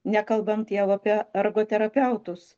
nekalbant jau apie ergoterapeutus